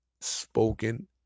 Spoken